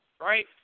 Right